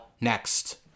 next